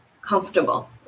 comfortable